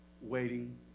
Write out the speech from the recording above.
waiting